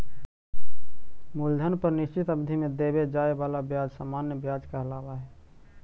मूलधन पर निश्चित अवधि में देवे जाए वाला ब्याज सामान्य व्याज कहलावऽ हई